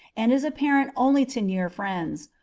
and is apparent only to near friends,